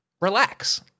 relax